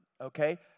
okay